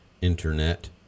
internet